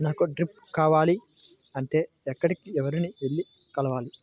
నాకు డ్రిప్లు కావాలి అంటే ఎక్కడికి, ఎవరిని వెళ్లి కలవాలి?